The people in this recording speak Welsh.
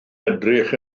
edrych